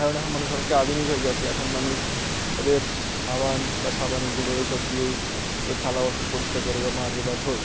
কারণ এখন মানুষ অনেকটা আধুনিক হয়ে গিয়েছে এখন মানুষ তাদের সাবান বা সাবানের গুঁড়ো এই সব দিয়েই তাদের থালা বাসন পরিষ্কার করে বা মাজে বা ধোয়